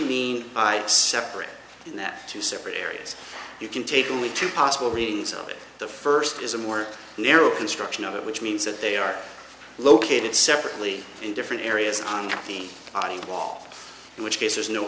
mean by separate in that two separate areas you can take only two possible meanings of the first is a more narrow construction of it which means that they are located separately in different areas on the wall in which case there's no